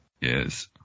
Yes